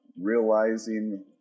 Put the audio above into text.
Realizing